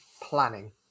planning